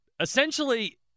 essentially